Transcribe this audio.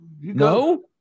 No